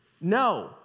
no